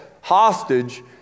hostage